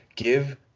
Give